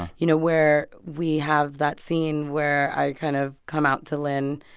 you know where we have that scene where i kind of come out to lyn?